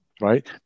right